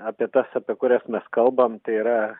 apie tas apie kurias mes kalbam tai yra